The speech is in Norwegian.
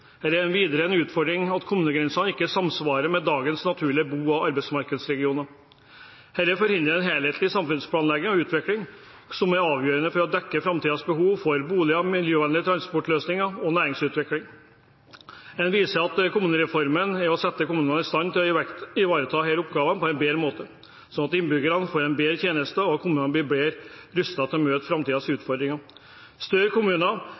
er videre en utfordring at kommunegrensene ikke samsvarer med dagens naturlige bo- og arbeidsmarkedsregioner. Dette forhindrer en helhetlig samfunnsplanlegging og utvikling, som er avgjørende for å dekke framtidens behov for boliger, miljøvennlige transportløsninger og næringsutvikling. Flertallet viser til at målet med kommunereformen er å sette kommunene i stand til å ivareta disse oppgavene på en bedre måte, sånn at innbyggerne kan få bedre tjenester og kommunene blir bedre rustet til å møte framtidens utfordringer. Større